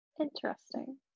Interesting